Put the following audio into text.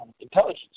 intelligence